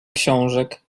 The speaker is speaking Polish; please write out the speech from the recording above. książek